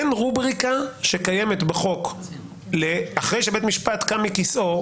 אין רובריקה שקיימת בחוק אחרי שבית משפט קם מכיסאו,